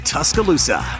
Tuscaloosa